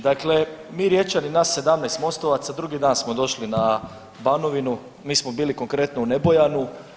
Dakle, mi Riječani, nas 17 mostovaca, drugi dan smo došli na Banovinu, mi smo bili konkretno u Nebojanu.